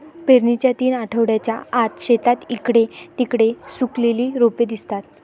पेरणीच्या तीन आठवड्यांच्या आत, शेतात इकडे तिकडे सुकलेली रोपे दिसतात